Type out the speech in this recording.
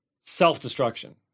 self-destruction